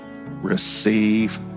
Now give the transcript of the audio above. receive